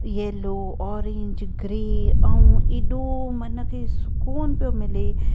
yellow orange grey ऐं एॾो मन खे सुकून पियो मिले